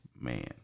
man